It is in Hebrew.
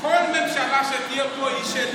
מפני שלצערי יש תופעה בסיעת הליכוד